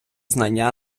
знання